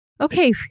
Okay